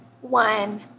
one